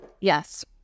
yes